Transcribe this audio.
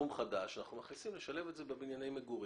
שבו רוצים לשלב את זה בבנייני מגורים.